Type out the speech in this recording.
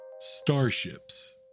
Starships